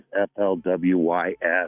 F-L-W-Y-S